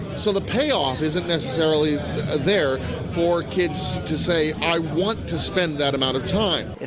so the payoff isn't necessarily there for kids to say i want to spend that amount of time.